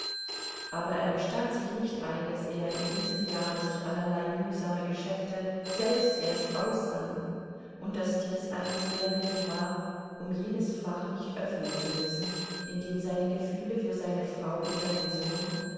aber er gestand sich nicht ein daß er in diesem jahre sich allerlei mühsame geschäfte selbst erst aussann und daß dies eines der mittel war um jenes fach nicht öffnen zu müssen in dem seine gefühle für seine frau und seinen sohn